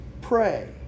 Pray